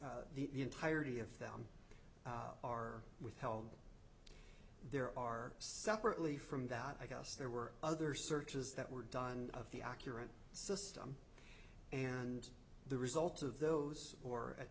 e the entirety of them are withheld there are separately from that i guess there were other searches that were done of the accurate system and the results of those or at